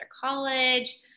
college